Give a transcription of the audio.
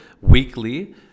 weekly